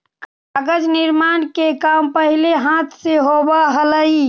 कागज निर्माण के काम पहिले हाथ से होवऽ हलइ